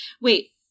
Wait